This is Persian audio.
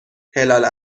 هلال